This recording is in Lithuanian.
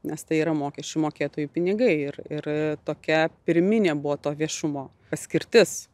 nes tai yra mokesčių mokėtojų pinigai ir ir tokia pirminė buvo to viešumo paskirtis